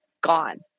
gone